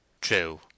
true